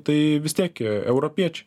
tai vis tiek europiečiai